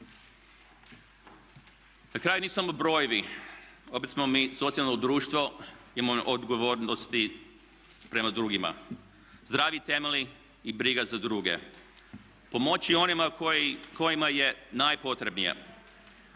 Na kraju nisu samo brojevi, opet smo mi socijalno društvo i imamo odgovornosti prema drugima. Zdravi temelji i briga za druge, pomoći onima kojima je najpotrebnije.